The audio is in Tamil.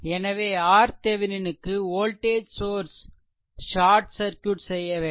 எனவே RThevenin க்கு வோல்டேஜ் சோர்ஸ் ஷார்ட் சர்க்யூட் செய்யவேண்டும்